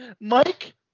Mike